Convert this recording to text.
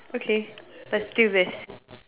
okay let's do this